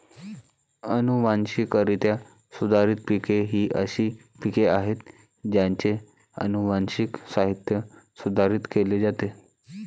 अनुवांशिकरित्या सुधारित पिके ही अशी पिके आहेत ज्यांचे अनुवांशिक साहित्य सुधारित केले जाते